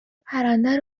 پرنده